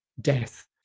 death